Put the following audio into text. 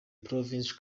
provincial